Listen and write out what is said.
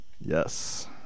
Yes